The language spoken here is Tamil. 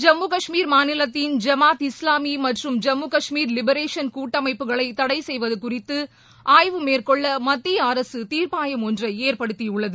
ஜம்மு கஷ்மீர் மாநிலத்தின் ஜமாத்தி இஸ்லாமி மற்று ஜம்மு கஷ்மீர் லிபரேஷன் கூட்டமைப்புகளை தடை செய்வது குறித்து ஆய்வு மேற்கொள்ள மத்திய அரசு தீர்ப்பாயம் ஒன்றை ஏற்படுத்தியுள்ளது